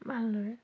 ভালদৰে